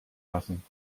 lassen